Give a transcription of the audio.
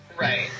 Right